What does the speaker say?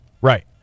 Right